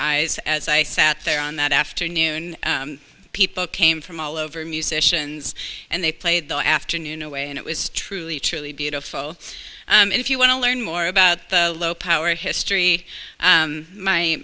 eyes as i sat there on that afternoon people came from all over musicians and they played the afternoon away and it was truly truly beautiful and if you want to learn more about low power history my m